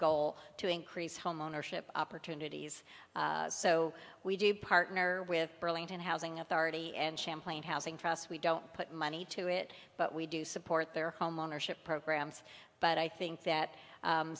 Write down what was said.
goal to increase homeownership opportunities so we do partner with burlington housing authority and champlain housing for us we don't put money to it but we do support their homeownership programs but i think that